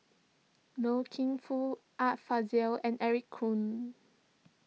Loy Keng Foo Art Fazil and Eric Khoo